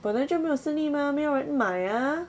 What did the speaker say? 本来就没有生意 mah 没有买 ah